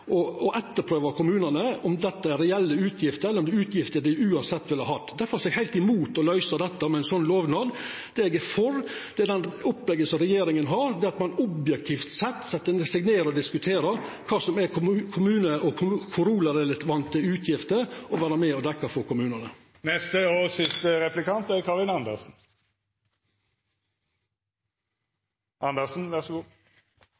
å etterprøva kommunane på om dette er reelle utgifter, eller om det er utgifter dei uansett ville ha hatt. Difor er eg heilt imot å løysa dette med ein slik lovnad. Det eg er for, er det opplegget som regjeringa har, der ein objektivt sett set seg ned og diskuterer kva som er kommunane sine koronarelevante utgifter, og er med på å dekkja utgiftene til kommunane. Det ble nok ikke særlig mye klarere for kommunesektoren etter den replikkvekslingen. Poenget er: